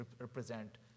represent